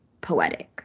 poetic